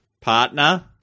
Partner